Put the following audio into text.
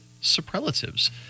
superlatives